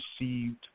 received